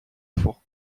forts